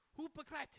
hypocrite